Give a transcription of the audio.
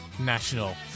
National